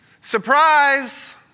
Surprise